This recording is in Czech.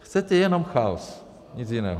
Chcete jenom chaos, nic jiného.